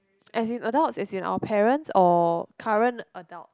as in adults as in our parents or current adult